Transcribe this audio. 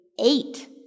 eight